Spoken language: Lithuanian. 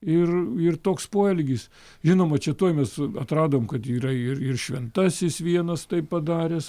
ir ir toks poelgis žinoma čia tuoj mes atradom kad yra ir ir šventasis vienas tai padaręs